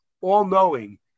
all-knowing